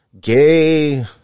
gay